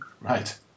Right